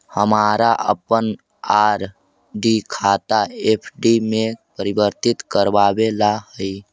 हमारा अपन आर.डी खाता एफ.डी में परिवर्तित करवावे ला हई